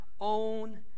own